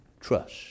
trust